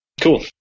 cool